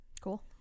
Cool